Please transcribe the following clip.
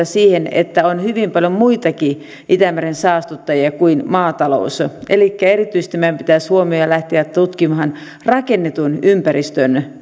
siihen että on hyvin paljon muitakin itämeren saastuttajia kuin maatalous elikkä erityisesti meidän pitäisi huomioida ja lähteä tutkimaan rakennetun ympäristön